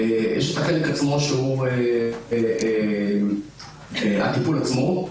החלק שהוא הטיפול עצמו,